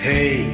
Hey